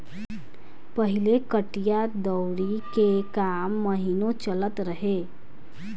पहिले कटिया दवरी के काम महिनो चलत रहे